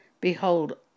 Behold